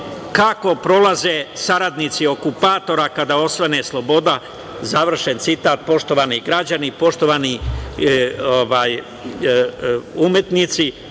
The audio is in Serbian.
kako prolaze saradnici okupatora kada osvane sloboda, završen citat. Poštovani građani, poštovani umetnici,